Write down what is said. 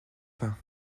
peint